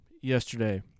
yesterday